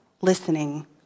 listening